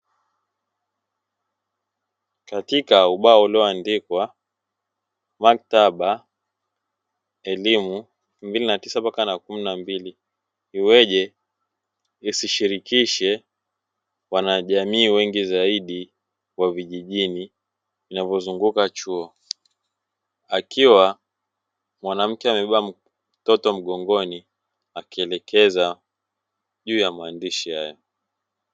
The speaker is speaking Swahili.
Katika ubao uliandikwa 'Maktaba elimu 2009-2012' iweje isishirikishe wanajamii wengi zaidi wa vijijini vinavyozunguka chuo, akiwa mwanamke amebeba mtoto mgongoni akielekeza juu ya maandishi hayo.